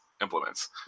implements